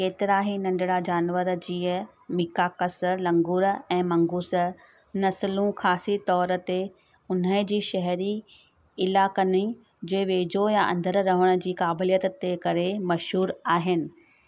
केतिरा ई नंढिड़ा जानवर जीअं मीकाकस लंगूर ऐं मंगूस नस्लु ख़ासि तौर ते उन्हे जे शहिरी इलाइक़नि जे वेझो या अंदरु रहण जी क़ाबिलियत जे करे मशहूरु आहिनि